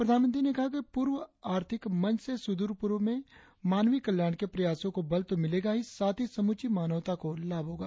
प्रधानमंत्री ने कहा कि पूर्व आर्थिक मंच से सुदूर पूर्व में मानवीय कल्याण के प्रयासों को बल तो मिलेगा ही साथ ही समूची मानवता को लाभ होगा